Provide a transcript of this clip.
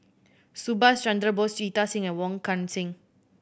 Subhas Chandra Bose Jita Singh and Wong Kan Seng